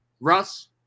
Russ